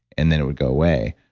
and then it would go away.